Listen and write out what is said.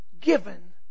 given